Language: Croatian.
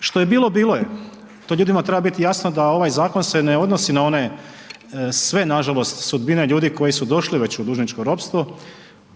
što je bilo, bilo je. To ljudima treba biti jasno da se ovaj zakon ne odnosi na one sve nažalost sudbine ljudi koji su došli već u dužničko ropstvo,